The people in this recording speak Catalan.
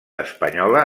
espanyola